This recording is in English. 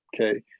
Okay